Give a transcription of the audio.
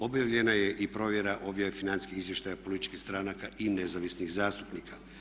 Objavljena je i provjera objave financijskih izvještaja političkih stranaka i nezavisnih zastupnika.